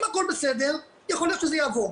אם הכל בסדר, יכול להיות שזה יעבור.